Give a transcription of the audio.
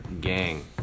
Gang